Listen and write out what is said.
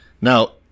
Now